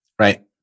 Right